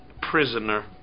prisoner